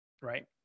right